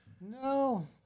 No